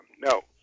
No